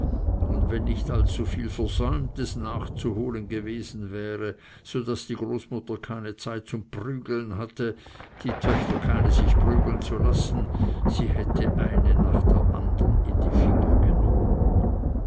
und wenn nicht allzu viel versäumtes nachzuholen gewesen wäre so daß die großmutter keine zeit zum prügeln hatte die töchter keine sich prügeln zu lassen sie hätte eine nach der andern in die finger genommen